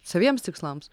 saviems tikslams